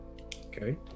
okay